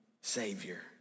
Savior